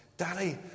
Daddy